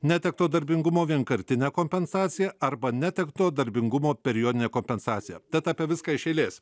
netekto darbingumo vienkartinę kompensaciją arba netekto darbingumo periodinę kompensaciją tad apie viską iš eilės